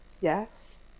Yes